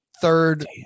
Third